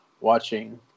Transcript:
watching